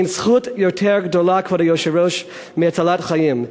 אין זכות יותר גדולה, כבוד היושב-ראש, מהצלת חיים.